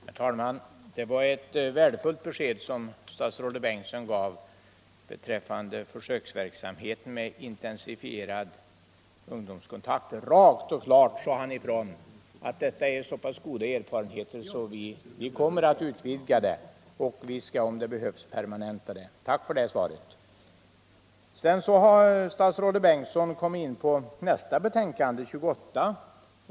Herr talman! Det var ett värdefullt besked som statsrådet Bengtsson gav beträffande försöksverksamheten med intensifierad ungdomskontakt. Rakt och klart sade han att denna verksamhet gett så pass goda erfarenheter att man kommer att utvidga den och. om det behövs, permanenta den. Tack för det svaret. Statsrådet Bengtsson kom också in på nästa ärende på föredragningslistan, inrikesutskottets betänkande nr 28.